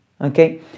Okay